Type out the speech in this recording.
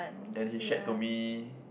and he shared to me